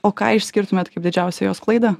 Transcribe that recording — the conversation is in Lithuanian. o ką išskirtumėt kaip didžiausią jos klaidą